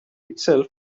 itself